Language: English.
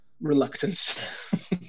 reluctance